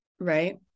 Right